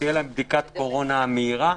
שתהיה לה בדיקת קורונה מהירה.